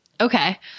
Okay